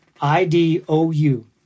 I-D-O-U